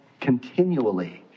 continually